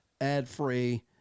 ad-free